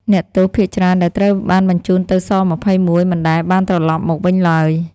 អ្នកទោសភាគច្រើនដែលត្រូវបានបញ្ជូនទៅ ស-២១ មិនដែលបានត្រឡប់មកវិញឡើយ។